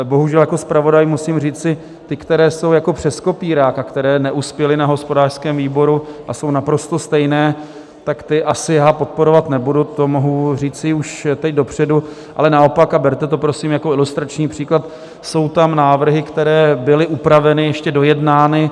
Bohužel jako zpravodaj musím říci, ty, které jsou jako přes kopírák a které neuspěly na hospodářském výboru a jsou naprosto stejné, tak ty asi já podporovat nebudu, to mohu říci už teď dopředu, ale naopak a berte to prosím jako ilustrační příklad jsou tam návrhy, které byly upraveny, ještě dojednány.